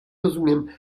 rozumiem